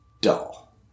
dull